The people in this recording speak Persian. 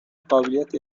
قابلیت